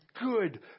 good